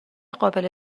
قابل